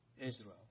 Israel